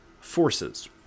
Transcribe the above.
forces